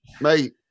Mate